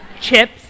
chips